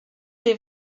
des